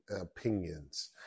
opinions